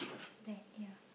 that area